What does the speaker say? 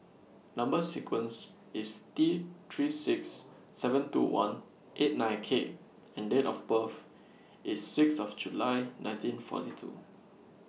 Number sequence IS T three six seven two one eight nine K and Date of birth IS six of July nineteen forty two